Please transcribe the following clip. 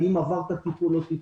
האם עברת טיפול או לא,